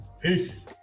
Peace